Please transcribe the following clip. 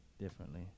differently